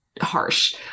harsh